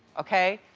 okay,